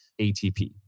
ATP